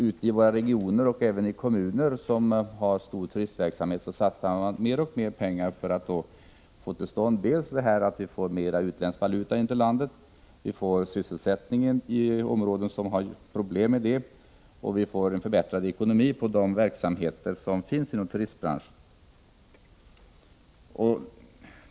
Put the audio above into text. Ute i regionerna och även i kommuner som har stor turistverksamhet satsas mer och mer pengar för att få in mera utländsk valuta till landet, för att få till stånd arbetstillfällen i områden som har problem med sysselsättningen och för att få bättre ekonomi i de verksamheter som finns inom turistbranchen.